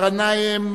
גנאים,